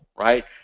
right